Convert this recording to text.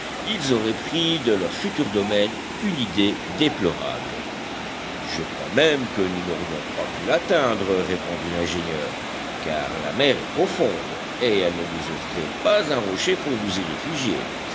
ils auraient pris de leur futur domaine une idée déplorable je crois même que nous n'aurions pas pu l'atteindre répondit l'ingénieur car la mer est profonde et elle ne nous offrait pas un rocher pour nous y réfugier